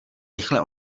rychle